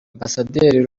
amber